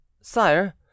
Sire